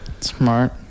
Smart